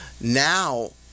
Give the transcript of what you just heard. Now